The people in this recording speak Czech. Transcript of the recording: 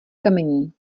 kamení